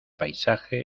paisaje